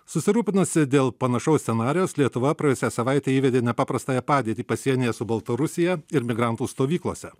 susirūpinusi dėl panašaus scenarijaus lietuva praėjusią savaitę įvedė nepaprastąją padėtį pasienyje su baltarusija ir migrantų stovyklose